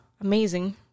amazing